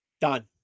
Done